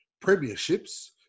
premierships